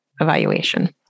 evaluation